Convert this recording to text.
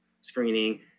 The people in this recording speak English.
screening